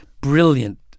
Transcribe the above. brilliant